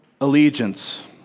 allegiance